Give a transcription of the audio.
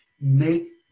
Make